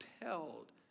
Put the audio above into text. compelled